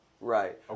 Right